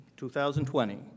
2020